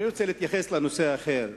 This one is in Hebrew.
אני רוצה להתייחס לנושא אחר.